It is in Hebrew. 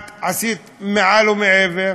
את עשית מעל ומעבר,